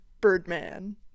Birdman